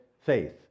faith